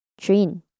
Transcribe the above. train